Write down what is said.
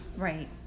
right